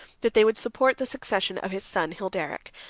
that they would support the succession of his son hilderic,